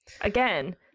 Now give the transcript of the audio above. again